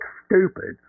stupid